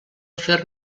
fer